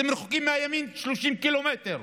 אתם רחוקים מהימין 30 קילומטר,